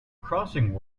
crossing